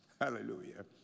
Hallelujah